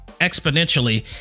exponentially